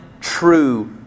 true